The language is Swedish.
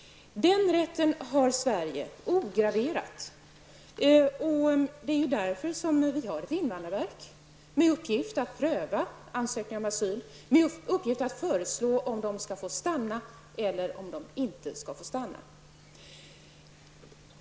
Den rätten har Sverige ograverat, och det är därför som vi har ett invandrarverk med uppgift att pröva asylansökningar och föreslå om de asylsökande skall få stanna eller om de inte skall få göra det.